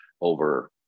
over